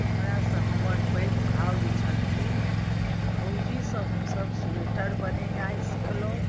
हमरासँ हमर पैघ भाउज छलखिन भौजीसँ हमसब स्वेटर बनेनाइ सिखलहुँ